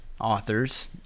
authors